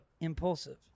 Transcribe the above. impulsive